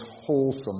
wholesome